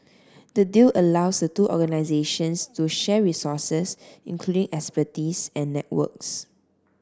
the deal allows the two organisations to share resources including expertise and networks